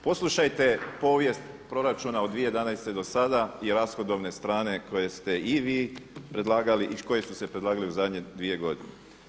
Poslušajte povijest proračuna od 2011. do sada i rashodovne strane koje ste i vi predlagali i koje su se predlagale u zadnje 2 godine.